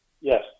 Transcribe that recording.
Yes